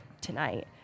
tonight